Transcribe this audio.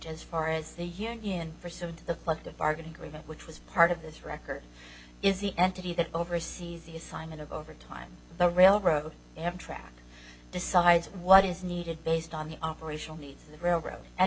as far as the union for some of the left of bargaining agreement which was part of this record is the entity that oversees the assignment of over time the railroad they have track decides what is needed based on the operational need for the railroad and